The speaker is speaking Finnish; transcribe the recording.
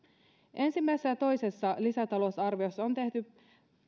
ja toisessa lisätalousarviossa on tehty